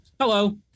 Hello